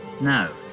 No